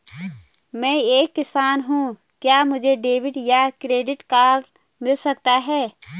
मैं एक किसान हूँ क्या मुझे डेबिट या क्रेडिट कार्ड मिल सकता है?